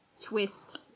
twist